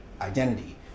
identity